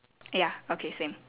ya okay same